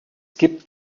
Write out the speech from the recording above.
gibt